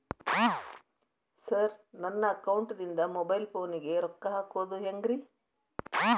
Sir ನನ್ನ ಅಕೌಂಟದಿಂದ mobile ಫೋನಿಗೆ ರೊಕ್ಕ ಹಾಕೋದು ಹೆಂಗ್ರಿ?